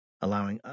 allowing